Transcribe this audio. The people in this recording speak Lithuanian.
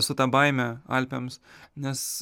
su ta baime alpėms nes